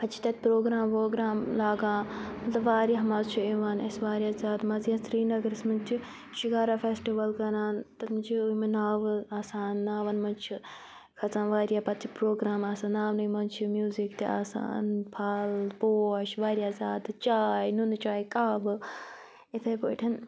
پَتہٕ چھِ تَتہِ پرٛوگرٛام ووگرٛام لاگان مطلب واریاہ مَزٕ چھُ یِوان اسہِ واریاہ زیادٕ مَزٕ یا سرینَگرَس منٛز چھِ شِکارا فیٚسٹِوَل کَران تَتھ منٛز چھِ یِم ناوٕ آسان ناوَن مَنٛز چھِ کھژان واریاہ پَتہٕ چھِ پرٛوگرٛام آسان ناونٕے منٛز چھِ میوٗزِک تہِ آسان پھَل پوش واریاہ زیادٕ چاے نُنہٕ چاے کہوٕ یِتھَے پٲٹھۍ